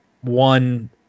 one